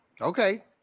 Okay